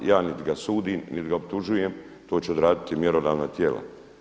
Ja nit ga sudim, nit ga optužujem, to će odraditi mjerodavna tijela.